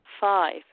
Five